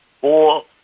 four-